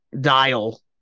dial